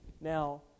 Now